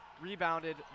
rebounded